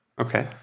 Okay